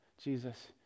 Jesus